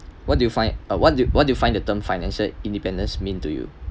what do you find uh what do you what do you find the term financial independence means to you